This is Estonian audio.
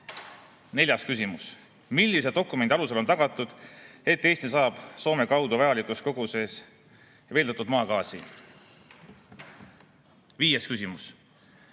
Neljas küsimus: "Millise dokumendi alusel on tagatud, et Eesti saab Soome kaudu vajalikus koguses veeldatud maagaasi?" Viies küsimus: